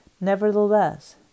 Nevertheless